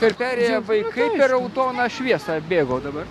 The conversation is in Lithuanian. per perėją vaikai per raudoną šviesą bėgo dabar